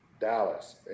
Dallas